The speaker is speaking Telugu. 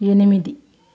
ఎనిమిది